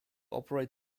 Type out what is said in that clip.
operate